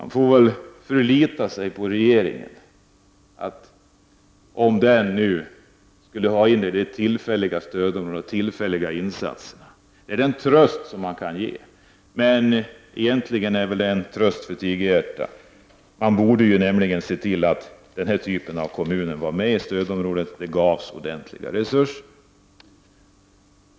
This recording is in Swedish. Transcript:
Nu får vi förlita oss på att regeringen går in med tillfälliga insatser. Det är en tröst, men en tröst för tigerhjärtan. Man borde ha sett till att denna typ av kommuner kommer med i stödområdet och gavs ordentliga resurser.